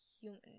human